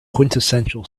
quintessential